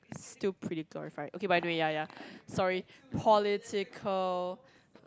still pretty glorified okay but anyway ya ya sorry political